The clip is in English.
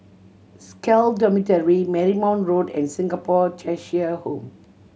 SCAL Dormitory Marymount Road and Singapore Cheshire Home